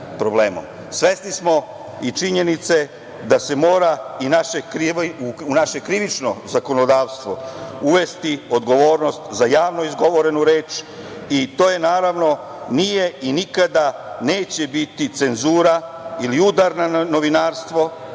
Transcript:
Svesni smo i činjenice da se mora u naše krivično zakonodavstvo uvesti odgovornost za javno izgovorenu reč i to, naravno, nije i nikada neće biti cenzura ili udar na novinarstvo,